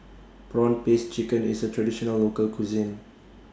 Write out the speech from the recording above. Prawn Paste Chicken IS A Traditional Local Cuisine